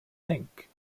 think